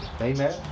Amen